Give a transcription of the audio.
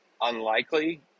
unlikely